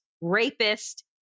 rapist